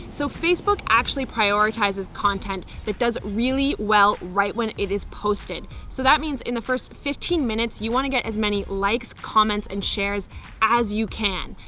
so facebook actually prioritizes content that does really well right when it is posted so that means in the first fifteen minutes you wanna get as many likes, comments and shares as you can,